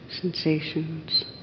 sensations